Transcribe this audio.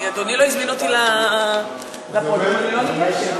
אדוני לא הזמין אותי לפודיום, אני לא ניגשת.